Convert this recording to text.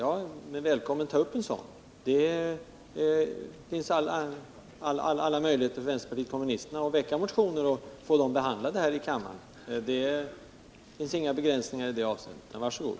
Hon är välkommen att ta upp en sådan diskussion. Vänsterpartiet kommunisterna kan väcka motioner, som de sedan får behandlade i kammaren. Det finns inga begränsningar i det avseendet. Var så goda!